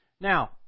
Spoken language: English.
Now